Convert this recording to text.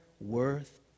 worth